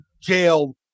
jail